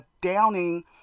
downing